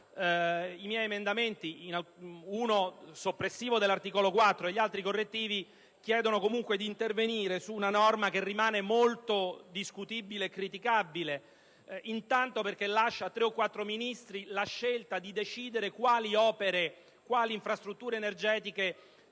a mia firma, di cui uno soppressivo dell'articolo 4 e gli altri correttivi, chiedono comunque di intervenire su una norma che rimane ancora molto discutibile e criticabile. Ciò innanzitutto perché lascia a tre o quattro Ministri la scelta di decidere quali opere e quali infrastrutture energetiche